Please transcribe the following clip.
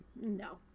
No